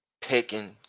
picking